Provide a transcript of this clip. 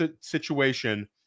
situation